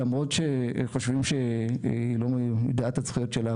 למרות שחושבים שהיא לא יודעת את הזכויות שלה,